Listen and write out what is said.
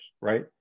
right